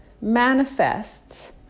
manifests